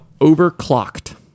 Overclocked